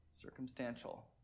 circumstantial